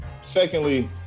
Secondly